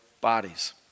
bodies